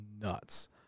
nuts